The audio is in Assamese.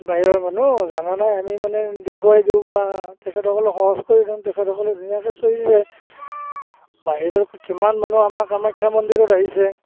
বাহিৰৰ মানুহ জানা নাই আমি মানে দেখুৱাই দিওঁ বা তেখেতসকলক সহজ কৰি দিওঁ তেখেতসকলে ধুনীয়াকৈ চলি যায় বাহিৰৰ কিমান মানুহ আমাৰ কামাখ্যা মন্দিৰত আহিছে